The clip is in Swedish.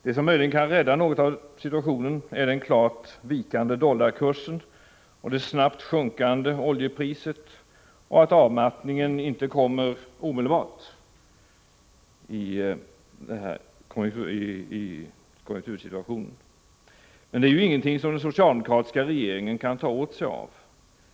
Det som möjligen delvis kan rädda situationen är den klart vikande dollarkursen, det snabbt sjunkande oljepriset och att konjunkturavmattningen inte kommer omedelbart. Men det är ju ingenting som den socialdemokratiska regeringen kan ta åt sig äran av.